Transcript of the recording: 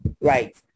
right